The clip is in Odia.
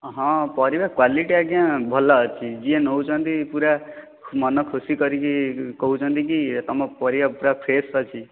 ହଁ ପରିବା କ୍ୱାଲିଟି ଆଜ୍ଞା ଭଲ ଅଛି ଯିଏ ନେଉଛନ୍ତି ପୁରା ମନ ଖୁସି କରିକି କହୁଛନ୍ତି କି ତମ ପରିବା ପୁରା ଫ୍ରେସ ଅଛି